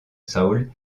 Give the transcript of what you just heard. soul